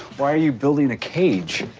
why are you building a cage?